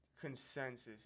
consensus